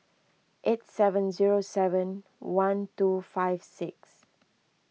eight seven zero seven one two five six